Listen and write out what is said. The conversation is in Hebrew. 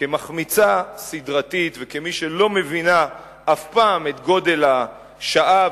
כמחמיצה סדרתית וכמי שלא מבינה אף פעם את גודל השעה,